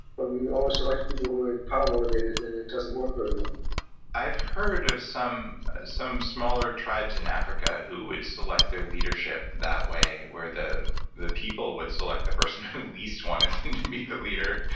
but we always select people who are power motivated and it doesn't work very well i've heard of some some smaller tribes in africa, who would select their leadership that way. where the the people would select the person who least wanted to be the leader,